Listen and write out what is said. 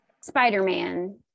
Spider-Man